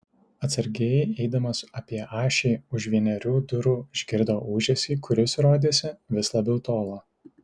atsargiai eidamas apie ašį už vienerių durų išgirdo ūžesį kuris rodėsi vis labiau tolo